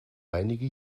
einige